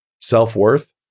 self-worth